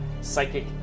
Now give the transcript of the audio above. psychic